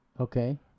okay